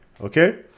Okay